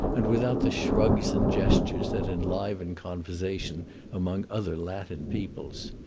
and without the shrugs and gestures that enliven conversation among other latin peoples.